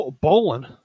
Bowling